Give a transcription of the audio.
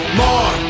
more